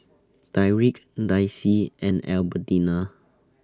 Tyrik Daisie and Albertina